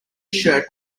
shirt